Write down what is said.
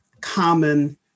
common